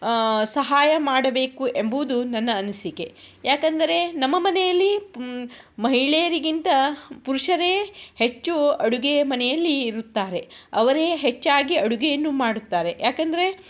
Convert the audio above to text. ಸಹಾಯ ಮಾಡಬೇಕು ಎಂಬುವುದು ನನ್ನ ಅನಿಸಿಕೆ ಯಾಕಂದರೇ ನಮ್ಮ ಮನೆಯಲ್ಲೀ ಮಹಿಳೆಯರಿಗಿಂತ ಪುರುಷರೇ ಹೆಚ್ಚು ಅಡುಗೇ ಮನೆಯಲ್ಲಿ ಇರುತ್ತಾರೆ ಅವರೇ ಹೆಚ್ಚಾಗಿ ಅಡುಗೆಯನ್ನು ಮಾಡುತ್ತಾರೆ ಯಾಕಂದರೆ